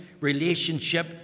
relationship